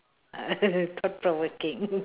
uh thought provoking